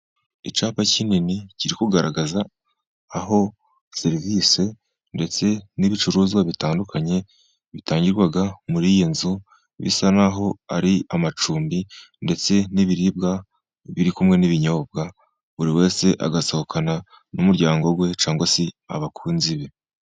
Icyapa kinini kiri kugaragaza aho serivisi ndetse n'ibicuruzwa bitandukanye bitangirwa muri iyi nzu, bisa nk'aho ari amacumbi ndetse n'ibiribwa biri kumwe n'ibinyobwa, buri wese agasohokana n'umuryango we cyangwa se abakunzi be.